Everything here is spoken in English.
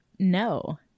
No